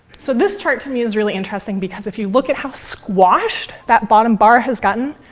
so this chart, to me, is really interesting, because if you look at how squashed that bottom bar has gotten.